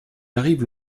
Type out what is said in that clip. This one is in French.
arrive